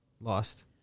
lost